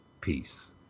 Peace